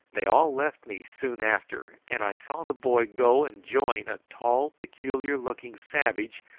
they all left me soon after, and i saw the boy go and join a tall, peculiar-looking savage,